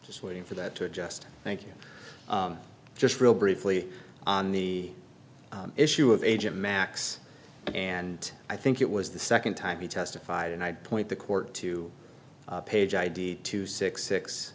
just waiting for that to just thank you just real briefly on the issue of agent max and i think it was the second time he testified and i'd point the court to page id two six six